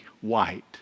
white